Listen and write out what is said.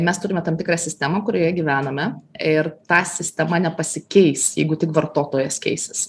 mes turime tam tikrą sistemą kurioje gyvename ir ta sistema nepasikeis jeigu tik vartotojas keisis